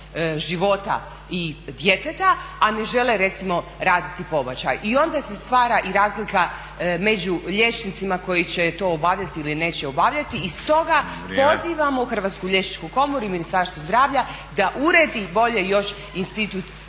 života i djeteta, a ne žele recimo raditi pobačaj. I onda se stvara i razlika među liječnicima koji će to obavljati ili neće obavljati. I stoga pozivamo Hrvatsku liječničku komoru i Ministarstvo zdravlja da uredi bolje još institut